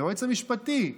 היועץ המשפטי: